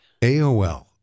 AOL